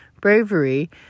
bravery